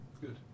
Good